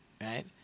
right